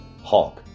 Hawk